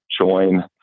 join